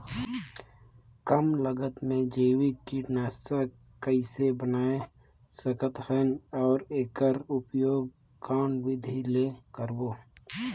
कम लागत मे जैविक कीटनाशक कइसे बनाय सकत हन अउ एकर उपयोग कौन विधि ले करबो?